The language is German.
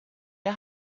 der